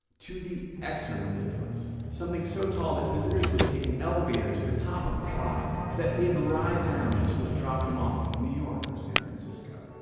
to the extra ridiculous. something so tall that visitors would take an elevator to the top of a slide that they'd ride down until it dropped them off in new york or san francisco.